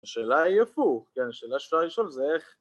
‫השאלה היא הפוך, ‫כן, השאלה שאפשר לשאול זה איך...